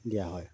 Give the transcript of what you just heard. দিয়া হয়